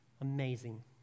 Amazing